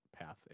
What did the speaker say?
path